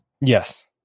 Yes